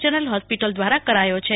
general hospital દવારા કરાયો છે